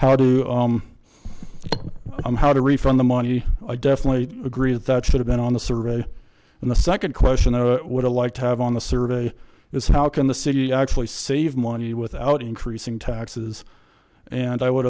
how do you i'm how to refund the money i definitely agree that that should have been on the survey and the second question of it would have liked to have on the survey is how can the city actually save money without increasing taxes and i would